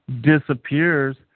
disappears